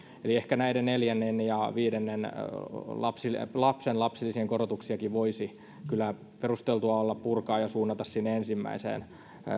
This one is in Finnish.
eli ehkä näiden neljännen ja viidennen lapsen lapsilisien korotuksia voisi kyllä olla perusteltua purkaa ja suunnata niitä sinne ensimmäiseen